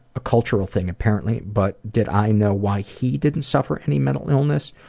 a cultural thing, apparently. but, did i know why he didn't suffer any mental illness?